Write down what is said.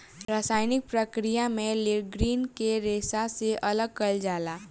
रासायनिक प्रक्रिया में लीग्रीन के रेशा से अलग कईल जाला